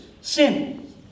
Sin